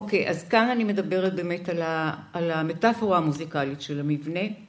אוקיי אז כאן אני מדברת באמת על המטאפורה המוזיקלית של המבנה.